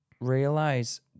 realize